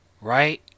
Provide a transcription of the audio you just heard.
Right